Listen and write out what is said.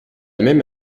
même